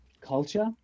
culture